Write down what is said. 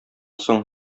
соң